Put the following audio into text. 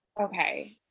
Okay